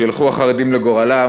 שילכו החרדים לגורלם,